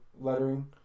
lettering